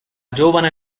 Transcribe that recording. giovane